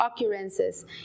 occurrences